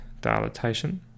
dilatation